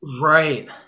Right